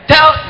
Tell